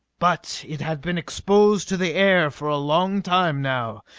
but it had been exposed to the air for a long time now.